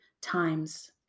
times